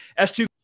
s2